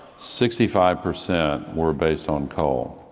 sixty five percent were based on coal.